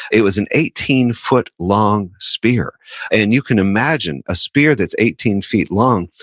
it was an eighteen foot long spear and you can imagine a spear that's eighteen feet long,